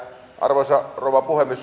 arvoisa puhemies